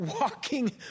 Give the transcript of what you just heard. walking